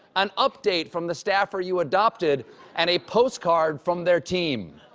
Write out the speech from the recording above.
an update from the staffer you adopted and a postcard from their team.